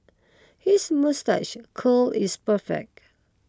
his moustache curl is perfect